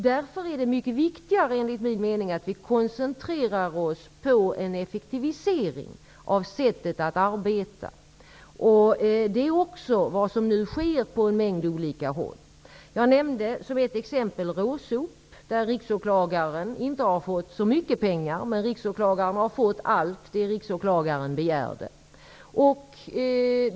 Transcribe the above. Därför är det, enligt min mening, viktigare att vi koncentrerar oss på en effektivisering av sättet att arbeta på. Det är också vad som sker på en mängd olika håll. Jag nämnde som ett exempel RÅSOP. Riksåklagaren har inte fått så mycket pengar, men han har fått allt vad han begärde.